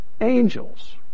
angels